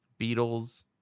Beatles